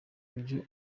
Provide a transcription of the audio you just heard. uyu